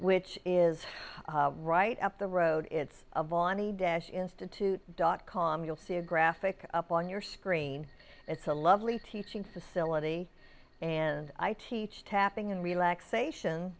which is right up the road it's a vaughany dash institute dot com you'll see a graphic up on your screen it's a lovely teaching facility and i teach tapping in relaxation